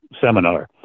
seminar